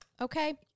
Okay